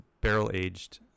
barrel-aged